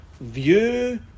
view